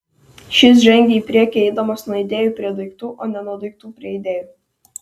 šis žengia į priekį eidamas nuo idėjų prie daiktų o ne nuo daiktų prie idėjų